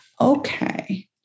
Okay